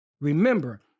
remember